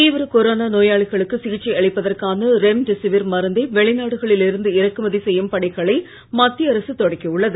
தீவிர கொரோனா நோயாளிகளுக்கு சிகிச்சை அளிப்பதற்கான ரெம்டெசிவிர் மருந்தை வெளிநாடுகளில் இருந்து இறக்குமதி செய்யும் பணிகளை மத்திய அரசு தொடக்கி உள்ளது